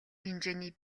хэмжээний